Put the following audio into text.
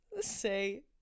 say